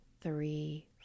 three